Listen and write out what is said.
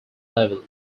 level